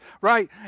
right